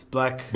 Black